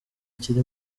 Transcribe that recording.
kiri